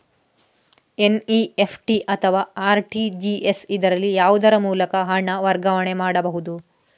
NEFT ಅಥವಾ RTGS, ಇದರಲ್ಲಿ ಯಾವುದರ ಮೂಲಕ ಹಣ ವರ್ಗಾವಣೆ ಮಾಡಬಹುದು?